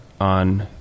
on